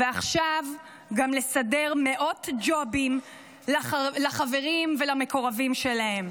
ועכשיו גם לסדר מאות ג'ובים לחברים ולמקורבים שלהם.